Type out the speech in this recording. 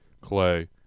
Clay